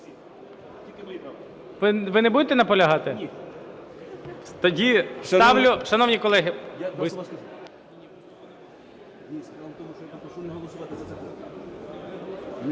Ви не будете наполягати?